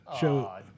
show